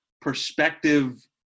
perspective